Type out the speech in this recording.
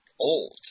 old